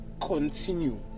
continue